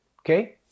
Okay